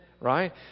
right